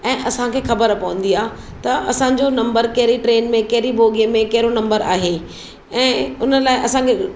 ऐं असांखे ख़बरु पवंदी आहे त असांजो नंबर कहिड़ी ट्रेन में कहिड़ी बोगीअ में कहिड़ो नंबर आहे ऐं उन लाइ असांखे